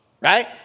Right